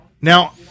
Now